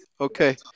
Okay